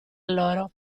loro